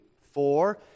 four